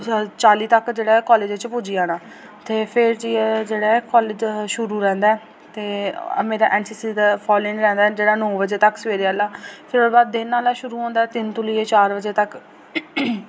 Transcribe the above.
चाली तक जेह्ड़ा कॉलेज पुज्जी जाना ते फिर जाइयै जेह्ड़ा ऐ कॉलेज शुरू रैह्ंदा ऐ ते मेरा एन सी सी दा फॉलन रैह्ंदा जेह्ड़ा नौ बजे तक सबैह्रे आह्ला फिर ओह्दे बाद दिन आह्ला शुरू होंदा तिन्न तों लेइयै चार बजे तक